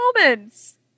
moments